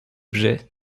objets